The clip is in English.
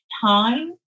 time